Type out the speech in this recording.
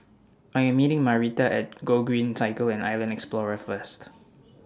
I Am meeting Marita At Gogreen Cycle and Island Explorer First